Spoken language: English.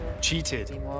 cheated